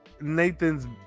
Nathan's